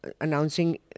announcing